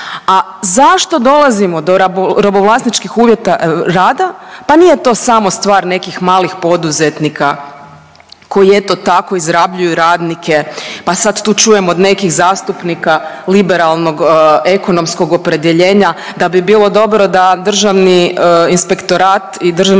A zašto dolazimo do robovlasničkih uvjeta rada, pa nije to samo stvar nekih malih poduzetnika koji eto tako izrabljuju radnike, pa sad tu čujem od nekih zastupnika liberalnog ekonomskog opredjeljenja da bi bilo dobro da Državni inspektorat i državni